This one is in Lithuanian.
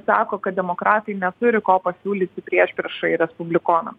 sako kad demokratai neturi ko pasiūlyti priešpriešai respublikonams